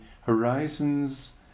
horizons